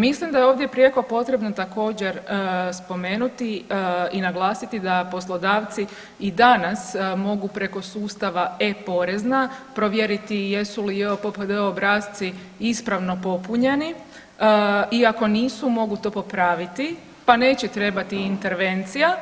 Mislim da je ovdje prijeko potrebno također, spomenuti i naglasiti da poslodavci i danas mogu preko sustava e-Porezna provjeriti jesu li JOPPD obrasci ispravno popunjeni i ako nisu, mogu to popraviti pa neće trebati intervencija,